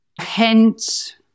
hence